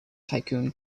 tycoon